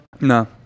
No